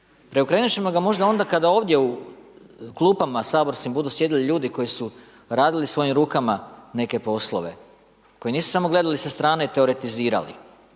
Preokrenut ćemo ga možda onda kada ovdje u klupama saborskim budu sjedili ljudi koji su radili svojim rukama neke poslove. Koji nisu samo gledali sa strane i teoretizirali.